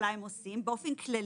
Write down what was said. עוולה הם עושים באופן כללי.